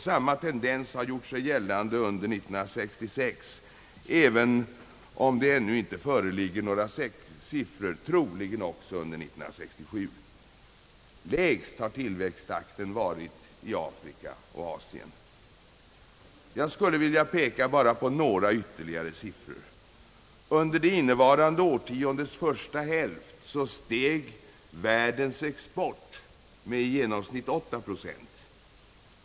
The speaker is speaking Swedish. Samma tendens har gjort sig gällande under 1966 — visserligen föreligger ännu inte några siffror — och troligen också under 1967. Lägst har tillväxttakten varit i Afrika och Asien. Jag skulle vilja peka bara på ytterligare några siffror. Under det innevarande årtiondets första hälft steg världens export med i genomsnitt 8 procent per år.